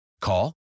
Call